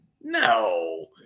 No